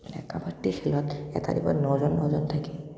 কাবাড্ডী খেলত এটা টিমত নজন নজন থাকে